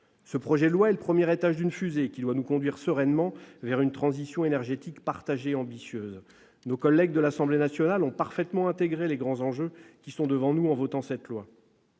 Ce dispositif est le premier étage d'une fusée qui doit nous conduire sereinement vers une transition énergétique partagée et ambitieuse. Nos collègues députés, en le votant, ont parfaitement intégré les grands enjeux qui sont devant nous. Le texte,